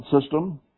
system